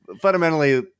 fundamentally